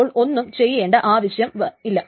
അപ്പോൾ ഒന്നും ചെയ്യേണ്ട ആവശ്യമില്ല